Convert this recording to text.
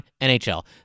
NHL